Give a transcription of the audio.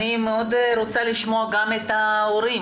אני רוצה לשמוע את ההורים.